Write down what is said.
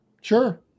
Sure